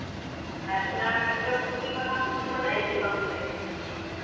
ᱟᱨ ᱚᱱᱟ ᱵᱟᱱᱟᱢ ᱠᱚᱫᱚᱢ ᱵᱟᱲᱟᱭᱟ ᱥᱮ ᱵᱟᱢ ᱵᱟᱲᱟᱭᱟ